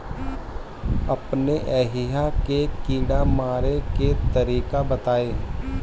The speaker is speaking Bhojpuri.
अपने एहिहा के कीड़ा मारे के तरीका बताई?